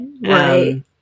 Right